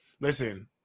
Listen